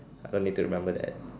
I don't need to remember that